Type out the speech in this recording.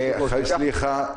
סליחה.